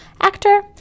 actor